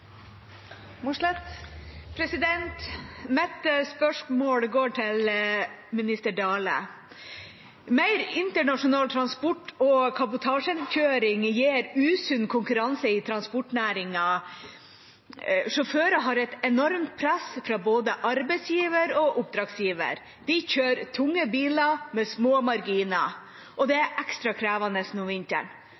Mitt spørsmål går til minister Dale. Mer internasjonal transport og kabotasjekjøring gir usunn konkurranse i transportnæringen. Sjåfører har et enormt press fra både arbeidsgiver og oppdragsgiver. De kjører tunge biler med små marginer, og det er